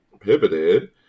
pivoted